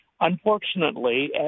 Unfortunately